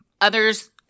others